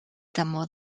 temor